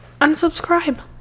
unsubscribe